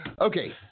Okay